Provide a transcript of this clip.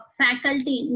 faculty